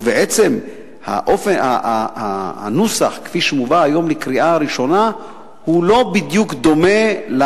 בעצם הנוסח כפי שהובא היום לקריאה ראשונה הוא לא בדיוק דומה,